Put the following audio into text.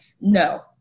no